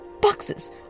boxes